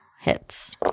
hits